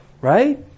right